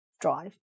drive